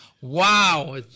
Wow